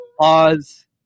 Pause